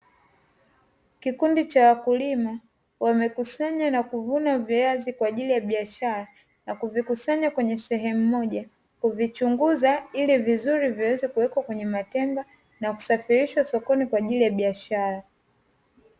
Kikundi cha wakulima, wamekusanya na kuvuna viazi kwa ajili ya biashara na kuvikusanya kwenye sehemu moja, kuvichunguza ili vizuri viweze kuwekwa kwenye matenga na kusafirisha sokoni kwa ajili ya biashara.